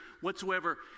whatsoever